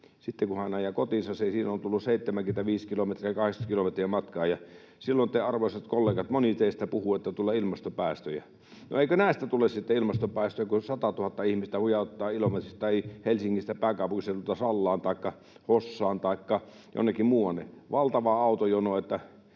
sitten kun hän ajaa kotiinsa, siinä on tullut 75 kilometriä, 80 kilometriä matkaa — silloin, arvoisat kollegat, moni teistä puhuu, että tulee ilmastopäästöjä. No, eikö näistä tule sitten ilmastopäästöjä, kun satatuhatta ihmistä hujauttaa Ilomantsista tai Helsingistä tai pääkaupunkiseudulta Sallaan taikka Hossaan taikka jonnekin muuanne? Valtava autojono.